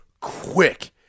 quick